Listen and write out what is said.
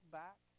back